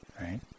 right